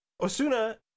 Osuna